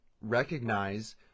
recognize